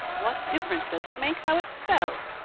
what difference does it make how it's spelled?